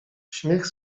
śmiech